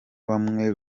bamwe